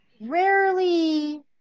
rarely